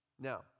Now